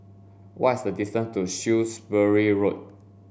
what is the distance to Shrewsbury Road